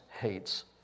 hates